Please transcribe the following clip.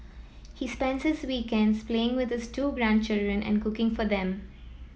he spends his weekends playing with this two grandchildren and cooking for them